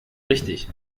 richtig